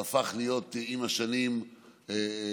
שהפך להיות עם השנים שם